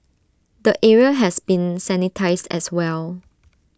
the area has been sanitised as well